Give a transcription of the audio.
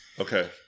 okay